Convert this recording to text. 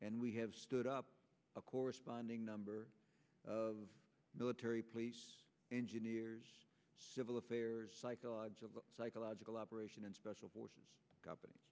and we have stood up a corresponding number of military police engineers civil affairs psychological psychological operation and special forces companies